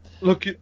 Look